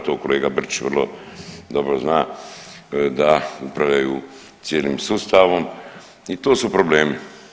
Evo kolega Brčić vrlo dobro zna da upravljaju cijelim sustavom i to su problemi.